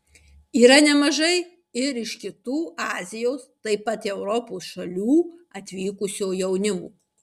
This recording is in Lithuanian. yra nemažai ir iš kitų azijos taip pat europos šalių atvykusio jaunimo